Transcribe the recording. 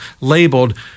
labeled